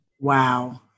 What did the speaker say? Wow